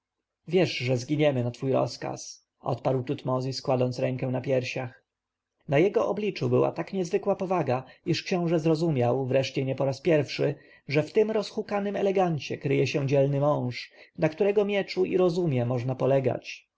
wiesz że zginiemy na twój rozkaz odparł tutmozis kładąc rękę na piersiach na jego obliczu była tak niezwykła powaga iż książę zrozumiał wreszcie nie po raz pierwszy że w tym rozhukanym elegancie kryje się dzielny mąż na którego mieczu i rozumie można polegać